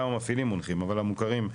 גם המפעילים מונחים אבל המוכרים יותר.